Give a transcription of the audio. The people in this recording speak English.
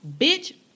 Bitch